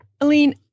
Aline